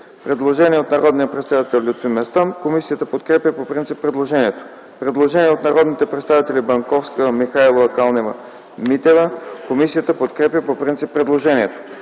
предложение от народния представител Лютви Местан. Комисията подкрепя по принцип предложението. Предложение от народните представители Банковска, Михайлова и Калнева-Митева. Комисията подкрепя по принцип предложението.